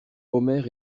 omer